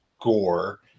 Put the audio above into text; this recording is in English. gore